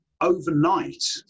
overnight